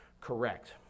correct